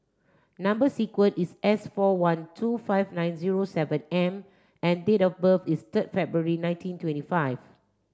number sequence is S four one two five nine zero seven M and date of birth is third February nineteen twenty five